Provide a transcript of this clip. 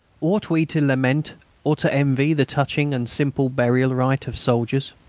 ought we to lament or to envy the touching and simple burial rite of soldiers?